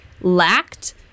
lacked